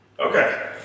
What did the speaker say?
Okay